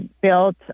built